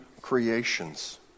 creations